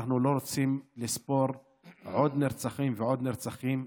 אנחנו לא רוצים לספור עוד נרצחים ועוד נרצחים.